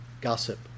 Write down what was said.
gossip